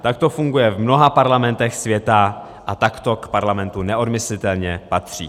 Tak to funguje v mnoha parlamentech světa a tak to k parlamentu neodmyslitelně patří.